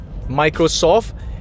Microsoft